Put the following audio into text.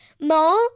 Mole